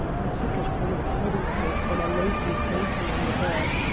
i took it from its hiding-place when i laid you fainting on the bed.